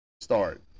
start